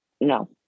No